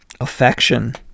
Affection